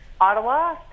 Ottawa